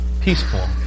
peaceful